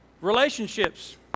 Relationships